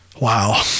wow